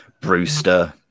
Brewster